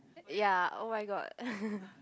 ya oh-my-god